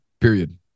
period